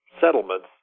settlements